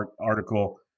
article